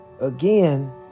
again